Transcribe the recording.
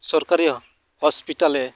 ᱥᱚᱨᱠᱟᱨᱤᱭᱟᱹ ᱦᱚᱸᱥᱯᱤᱴᱟᱞᱮ